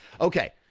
okay